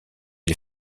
les